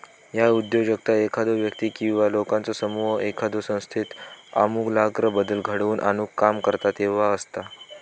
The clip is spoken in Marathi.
ह्या उद्योजकता एखादो व्यक्ती किंवा लोकांचो समूह एखाद्यो संस्थेत आमूलाग्र बदल घडवून आणुक काम करता तेव्हा असता